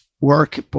work